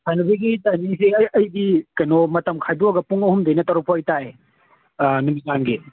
ꯁꯥꯟꯅꯕꯒꯤ ꯇꯥꯏꯝꯁꯦ ꯑꯩꯗꯤ ꯀꯩꯅꯣ ꯃꯇꯝ ꯈꯥꯏꯗꯣꯛꯑꯒ ꯄꯨꯡ ꯑꯍꯨꯝꯗꯒꯤꯅ ꯇꯔꯨꯛ ꯐꯥꯎ ꯑꯩ ꯇꯥꯛꯑꯦ ꯅꯨꯃꯤꯗꯥꯡꯒꯤ